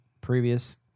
previous